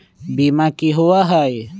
बीमा की होअ हई?